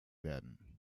werden